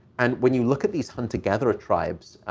and when you look at these hunter-gatherer tribes,